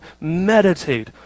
Meditate